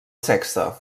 sexta